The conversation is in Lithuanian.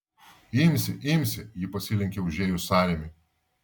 imsi imsi ji pasilenkė užėjus sąrėmiui